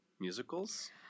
musicals